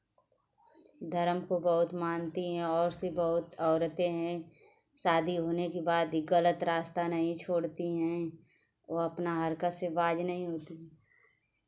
धर्म को बहुत मानती हैं और सी बहुत औरतें हैं शादी होने के बाद ई गलत रास्ता नहीं छोड़ती हैं वो अपना हरकत से बाज नहीं होती